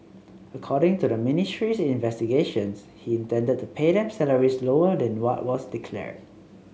according to the ministry's investigations he intended to pay them salaries lower than what was declared